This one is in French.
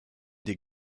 des